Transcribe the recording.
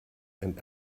and